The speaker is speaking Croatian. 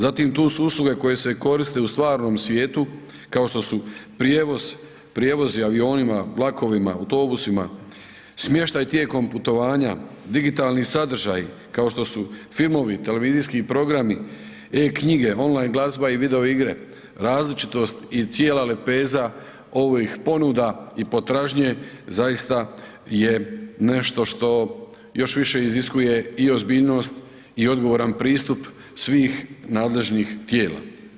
Zatim, tu su usluge koje se koriste u stvarnom svijetu, kao što su prijevoz, prijevozi avionima, vlakovima, autobusima, smještaj tijekom putovanja, digitalni sadržaji, kao što su filmovi, televizijski programi, e-Knjige, online glazba i videoigre, različitost i cijela lepeza ovih ponuda i potražnje zaista je nešto što još više iziskuje i ozbiljnost i odgovoran pristup svih nadležnih tijela.